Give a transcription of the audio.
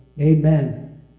Amen